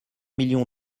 millions